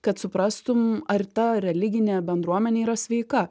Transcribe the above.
kad suprastum ar ta religinė bendruomenė yra sveika